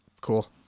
Cool